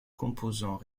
composants